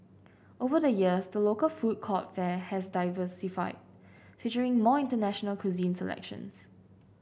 over the years the local food court fare has diversified featuring more international cuisine selections